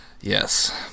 Yes